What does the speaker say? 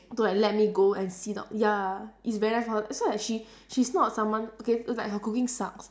to like let me go and see doc~ ya it's very nice for her so like she she's not someone okay it's like her cooking sucks